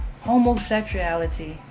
homosexuality